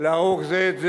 להרוג אלה את אלה,